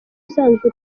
usanzwe